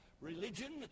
religion